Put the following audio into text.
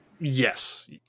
Yes